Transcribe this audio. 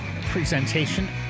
presentation